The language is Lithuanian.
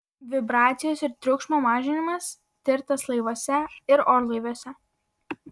vibracijos ir triukšmo mažinimas tirtas laivuose ir orlaiviuose